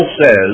says